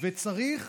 צריך